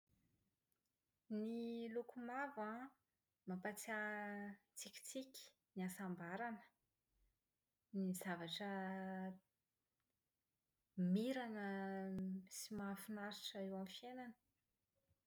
Ny loko mavo an, mampahatsiahy tsikitsiky, ny hasambarana, ny zavatra mirana sy mahafinaritra eo amin'ny fiainana.